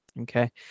Okay